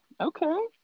Okay